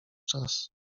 czas